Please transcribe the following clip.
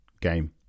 game